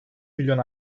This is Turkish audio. milyon